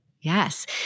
Yes